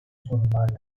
sorunlar